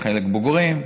חלק בוגרים,